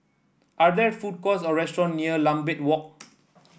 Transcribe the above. are there food courts or restaurant near Lambeth Walk